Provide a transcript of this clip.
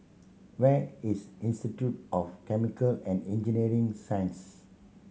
where is Institute of Chemical and Engineering Science